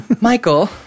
Michael